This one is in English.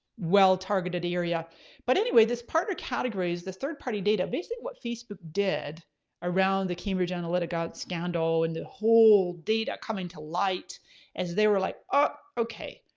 well targeted area but anyway this partner categories, this third party data basically what facebook did around the cambridge analytica scandal and the whole data coming to light as they were like, oh ah okay.